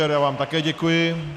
Já vám také děkuji.